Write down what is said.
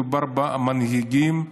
מדובר במנהיגים,